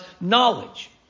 knowledge